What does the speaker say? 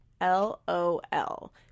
LOL